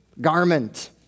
garment